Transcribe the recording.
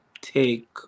take